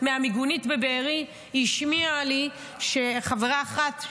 מהמיגונית בבארי היא השמיעה לי שחברה אחת,